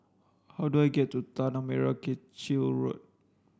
how do I get to Tanah Merah Kechil Road